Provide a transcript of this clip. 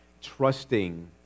trusting